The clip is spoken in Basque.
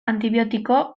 antibiotiko